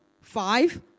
five